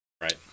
right